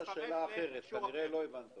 אני מבין